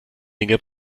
dinge